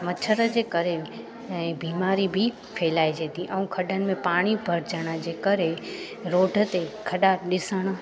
मच्छर जे करे ऐं बीमारी बि फैलाइजे थी ऐं खॾनि में पाणी भरिजण जे करे रोड ते खॾा ॾिसणु